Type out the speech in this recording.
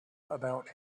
about